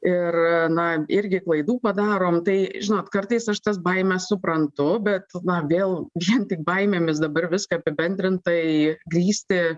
ir na irgi klaidų padarom tai žinot kartais aš tas baimes suprantu bet vėl vien tik baimėmis dabar viską apibendrintai grįsti